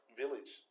village